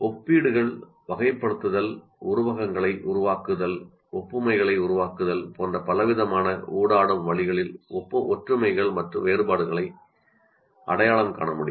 ஒப்பீடுகள் வகைப்படுத்துதல் உருவகங்களை உருவாக்குதல் ஒப்புமைகளை உருவாக்குதல் போன்ற பலவிதமான ஊடாடும் வழிகளில் ஒற்றுமைகள் மற்றும் வேறுபாடுகளை அடையாளம் காண முடியும்